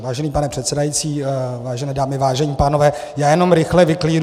Vážený pane předsedající, vážené dámy, vážení pánové, já jenom rychle vyklíruju.